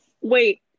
Wait